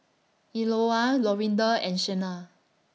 Eola Lorinda and Shena